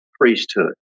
priesthood